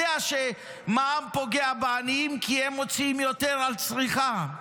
יודע שמע"מ פוגע בעניים כי הם מוציאים יותר על צריכה.